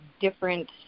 different